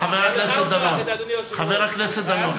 חבר הכנסת דנון.